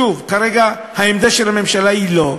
שוב, כרגע העמדה של הממשלה היא לא.